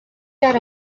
got